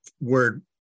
word